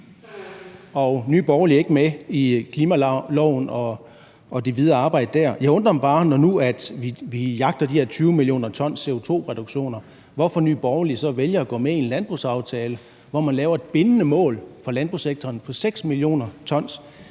og Nye Borgerlige er ikke med i klimaloven og det videre arbejde der. Jeg undrer mig bare over, når vi nu jagter de her 20 mio. t CO2-reduktioner, hvorfor Nye Borgerlige så vælger at gå med i en landbrugsaftale, hvor man laver et bindende mål for landbrugssektoren på 6 mio. t,